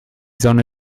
sonne